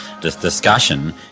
discussion